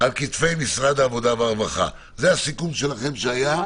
כתפי משרד העבודה והרווחה זה הסיכום שלכם שהיה?